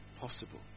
possible